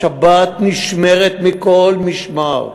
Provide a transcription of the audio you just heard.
השבת נשמרת מכל משמר.